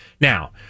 Now